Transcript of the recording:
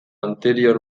anterior